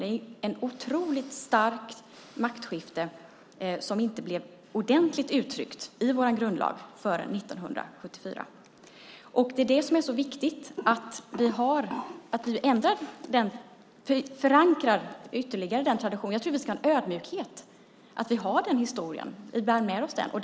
Det var ett otroligt starkt maktskifte som inte blev ordentligt uttryckt i vår grundlag förrän 1974. Det är därför det är så viktigt att vi ytterligare förankrar den traditionen. Jag tror att vi ska ha en ödmjukhet i att bära med oss den historien.